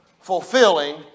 fulfilling